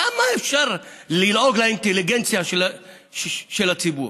כמה אפשר ללעוג לאינטליגנציה של הציבור?